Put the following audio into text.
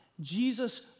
Jesus